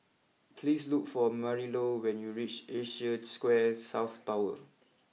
please look for Marilou when you reach Asia Square South Tower